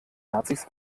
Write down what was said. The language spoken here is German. nazis